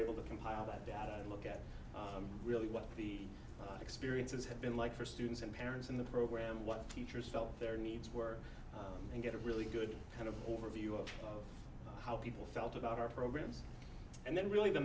able to compile that down and look at really what the experiences have been like for students and parents in the program what teachers felt their needs were and get a really good kind of overview of how people felt about our programs and then really the